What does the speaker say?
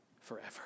Forever